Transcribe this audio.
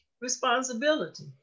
responsibility